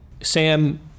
Sam